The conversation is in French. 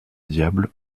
diable